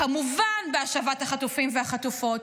כמובן בהשבת החטופים והחטופות,